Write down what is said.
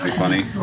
funny.